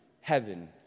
heaven